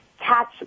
catch